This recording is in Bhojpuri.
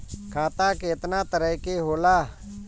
खाता केतना तरह के होला?